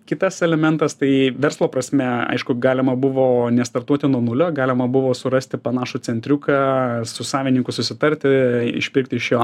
kitas elementas tai verslo prasme aišku galima buvo nestartuoti nuo nulio galima buvo surasti panašų centriuką su savininku susitarti išpirkti šio